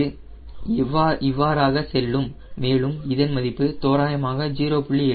இது இவ்வாறாக செல்லும் மேலும் இதன் மதிப்பு தோராயமாக 0